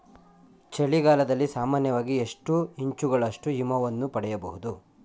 ಚಳಿಗಾಲದಲ್ಲಿ ಸಾಮಾನ್ಯವಾಗಿ ಎಷ್ಟು ಇಂಚುಗಳಷ್ಟು ಹಿಮವನ್ನು ಪಡೆಯಬಹುದು?